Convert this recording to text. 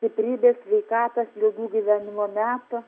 stiprybės sveikatos ilgų gyvenimo metų